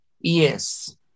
Yes